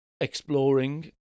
exploring